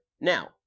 Now